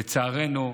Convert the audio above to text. לצערנו,